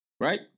Right